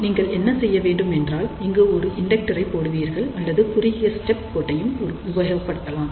நீங்கள் என்ன செய்ய வேண்டும் என்றால் இங்கு ஒரு இண்டெக்டர் ஐ போடுவீர்கள் அல்லது குறுக்கிய ஸ்டப் கோட்டையும் உபயோகப்படுத்தலாம்